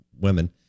women